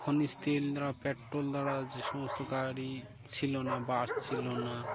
খনিজ তেল দ্বারা পেট্রোল দ্বারা যে সমস্ত গাড়ি ছিল না বাস ছিল না